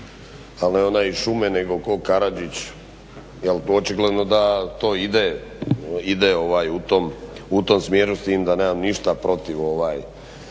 ali ne onaj iz šume nego ko Karađić jer to očigledno da ide u tom smjeru s tim da nemam ništa protiv srpskog